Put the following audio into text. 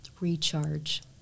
recharge